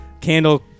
candle